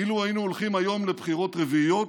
אילו היינו הולכים היום לבחירות רביעיות,